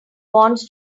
wants